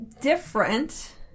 Different